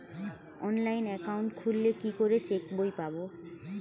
Online account খুললে কি করে চেক বই পাব?